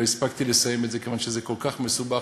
לא הספקתי לסיים את זה כיוון שזה כל כך מסובך.